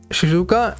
Shizuka